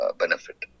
benefit